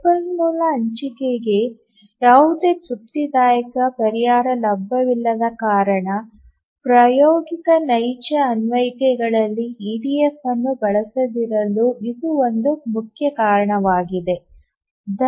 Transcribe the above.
ಸಂಪನ್ಮೂಲ ಹಂಚಿಕೆಗೆ ಯಾವುದೇ ತೃಪ್ತಿದಾಯಕ ಪರಿಹಾರ ಲಭ್ಯವಿಲ್ಲದ ಕಾರಣ ಪ್ರಾಯೋಗಿಕ ನೈಜ ಅನ್ವಯಿಕೆಗಳಲ್ಲಿ ಇಡಿಎಫ್ ಅನ್ನು ಬಳಸದಿರಲು ಇದು ಒಂದು ಮುಖ್ಯ ಕಾರಣವಾಗಿದೆ